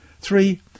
Three